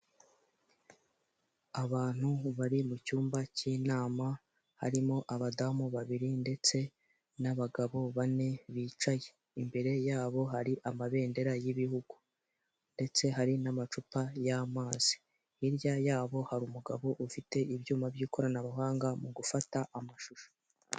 Abantu bari mu cyumba cy'inama harimo abadamu babiri ndetse n'abagabo bane bicaye, imbere yabo hari amabendera y'ibihugu ndetse hari n'amacupa y'amazi, hirya yabo hari umugabo ufite ibyuma by'ikoranabuhanga mu gufata amashusho.